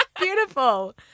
Beautiful